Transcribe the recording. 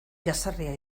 jazarria